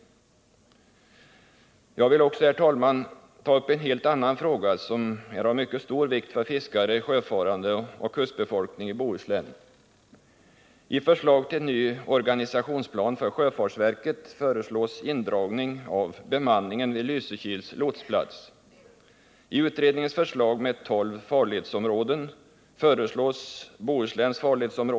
Jag vill också, herr talman, ta upp en helt annan fråga som är av mycket stor vikt för fiskare, sjöfarande och kustbefolkning i Bohuslän.